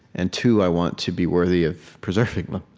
and two, i want to be worthy of preserving them.